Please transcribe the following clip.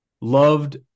loved